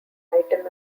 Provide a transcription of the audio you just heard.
heighten